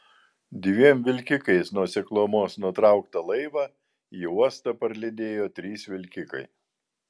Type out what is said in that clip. dviem vilkikais nuo seklumos nutrauktą laivą į uostą parlydėjo trys vilkikai